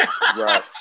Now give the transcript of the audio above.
Right